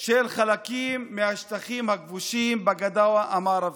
של חלקים מהשטחים הכבושים בגדה המערבית.